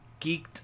geeked